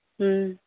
ᱦᱮᱸ